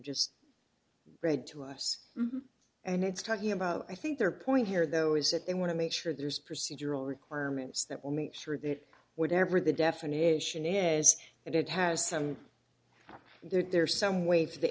just read to us and it's talking about i think their point here though is that they want to make sure there's procedural requirements that will make sure that whatever the definition is that it has some there's some way for the